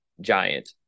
giant